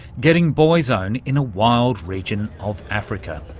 getting boy's own in a wild region of africa.